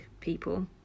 people